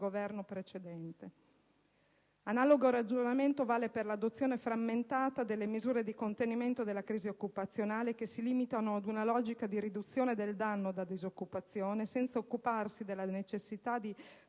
Governo precedente. Analogo ragionamento vale per l'adozione frammentata delle misure di contenimento della crisi occupazionale, che si limitano ad una logica di riduzione del danno da disoccupazione, senza occuparsi della necessità di